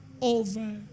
over